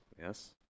yes